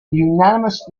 unanimous